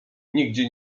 nigdzie